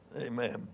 Amen